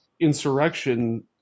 insurrection